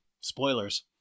Spoilers